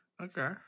Okay